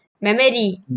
Memory